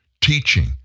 teaching